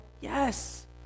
yes